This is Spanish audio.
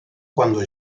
cuando